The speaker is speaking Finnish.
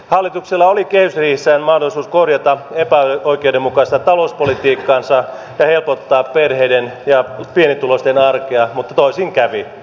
hallituksella oli kehysriihessään mahdollisuus korjata epäoikeudenmukaista talouspolitiikkaansa ja helpottaa perheiden ja pienituloisten arkea mutta toisin kävi